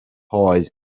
hoe